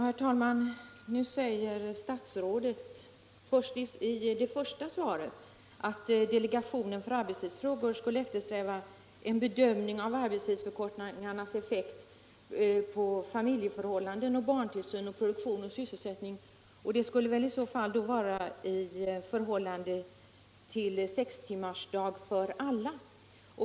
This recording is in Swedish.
Herr talman! Statsrådet sade i sitt första svar att delegationen för ar betstidsfrågor skulle eftersträva en bedömning av arbetstidsförkortningarnas effekt på familjeförhållanden, barntillsyn, produktion och sysselsättning m.m. Det skulle väl i så fall gälla vid genomförande av sextimmarsdag för alla.